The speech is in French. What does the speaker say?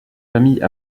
famille